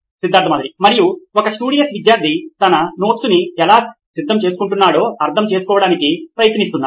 Siddharth Maturi CEO నోయిన్ electronics మరియు ఒక స్టూడీయిస్ విద్యార్థి తన నోట్స్ను ఎలా సిద్ధం చేస్తున్నాడో అర్థం చేసుకోవడానికి ప్రయత్నిస్తున్నారు